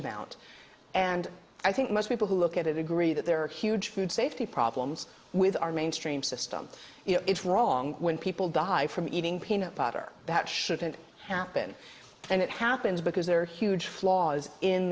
amount and i think most people who look at it agree that there are huge food safety problems with our mainstream system you know it's wrong when people die from eating peanut butter that shouldn't happen and it happens because there are huge flaws in